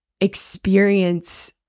experience